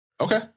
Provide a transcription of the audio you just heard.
Okay